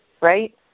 right